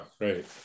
right